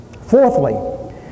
Fourthly